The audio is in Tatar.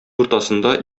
уртасында